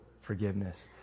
forgiveness